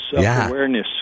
self-awareness